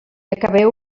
acabeu